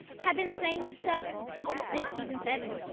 have been saying this stuff since the sixty s and seventy s.